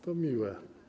To miłe.